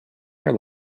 your